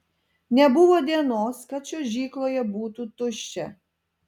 nebuvo dienos kad čiuožykloje būtų tuščia